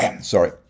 sorry